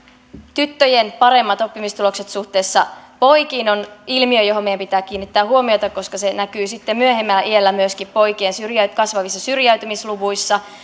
tyttöjen paremmat oppimistulokset suhteessa poikiin on ilmiö johon meidän pitää kiinnittää huomiota koska se näkyy sitten myöhemmällä iällä myöskin poikien kasvavissa syrjäytymisluvuissa